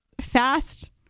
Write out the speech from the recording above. fast